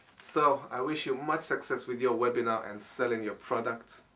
so i wish you much success with your webinar and selling your products.